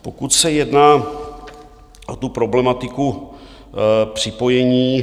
Pokud se jedná o tu problematiku připojení.